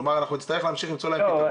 כלומר, אנחנו נצטרך להמשיך למצוא להם פתרון.